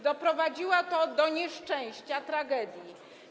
Doprowadziło to do nieszczęścia, tragedii.